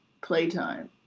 playtime